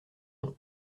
nom